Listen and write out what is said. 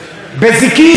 תראו,